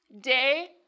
Day